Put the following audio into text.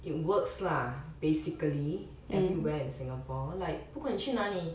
it works lah basically everywhere in singapore like 不管去哪里